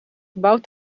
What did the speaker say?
gebouwd